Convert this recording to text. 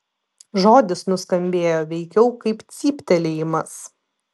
žodis nuskambėjo veikiau kaip cyptelėjimas